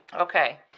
Okay